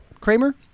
Kramer